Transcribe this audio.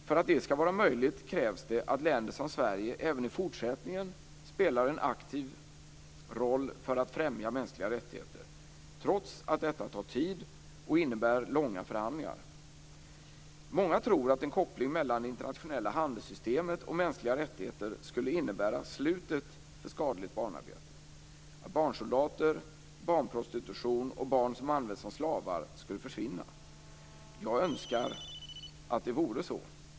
För att det ska vara möjligt krävs det att länder som Sverige även i fortsättningen spelar en aktiv roll för att främja mänskliga rättigheter trots att detta tar tid och innebär långa förhandlingar. Många tror att en koppling mellan det internationella handelssystemet och mänskliga rättigheter skulle innebära slutet för skadligt barnarbete; att barnsoldater, barnprostitution och detta att barn används som slavar skulle försvinna. Jag önskar att det vore så.